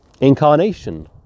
Incarnation